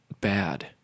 bad